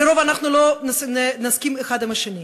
לרוב אנחנו לא נסכים זה עם זה,